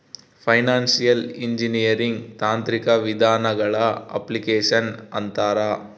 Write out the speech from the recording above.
financial engineering ತಾಂತ್ರಿಕ ವಿಧಾನಗಳ application ಅಂತಾರ